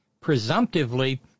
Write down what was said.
presumptively